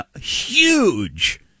huge